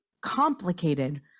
complicated